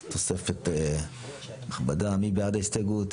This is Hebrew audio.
רגע, אבל היה לנו פעמיים באופן מכוון.